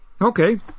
Okay